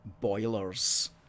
boilers